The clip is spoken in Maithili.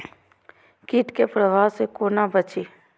कीट के प्रभाव से कोना बचीं?